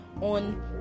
on